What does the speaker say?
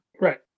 right